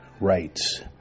Rights